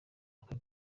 aka